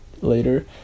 later